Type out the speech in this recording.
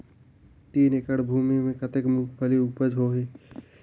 तीन एकड़ भूमि मे कतेक मुंगफली उपज होही?